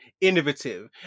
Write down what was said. innovative